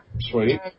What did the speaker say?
Sweet